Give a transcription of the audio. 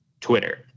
Twitter